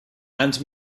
and